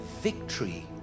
victory